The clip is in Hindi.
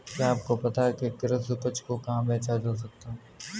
क्या आपको पता है कि कृषि उपज को कहाँ बेचा जा सकता है?